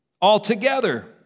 altogether